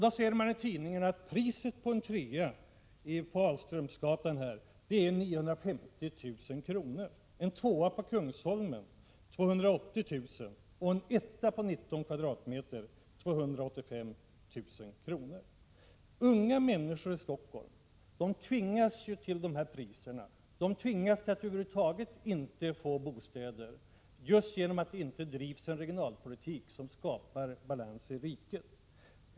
I dag ser man i tidningen att priset för en trea på Alströmergatan i Stockholm är 950 000 kr. En tvåa på Kungsholmen skulle kosta 780 000 kr., och en etta på 19 m? skulle kosta 285 000 kr. Unga människor i Stockholm tvingas betala dessa priser, eller tvingas att rent av bli utan bostad, just därför att det inte bedrivs en regionalpolitik som skapar balans i riket.